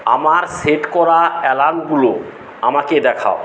আমার সেট করা অ্যালার্মগুলো আমাকে দেখাও